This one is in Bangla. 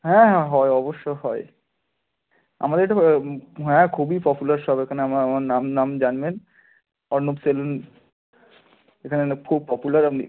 হ্যাঁ হয় অবশ্য হয় আমাদের এটা হ্যাঁ খুবই পপুলার শপ এখানে আমার আমার নাম নাম জানবেন অর্ণব সেলুন এখানে খুব পপুলার আপনি